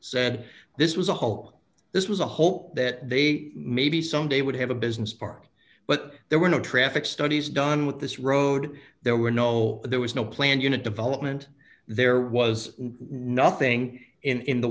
said this was a hole this was a hope that they maybe someday would have a business park but there were no traffic studies done with this road there were no there was no planned unit development there was nothing in